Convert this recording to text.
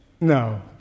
No